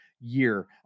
year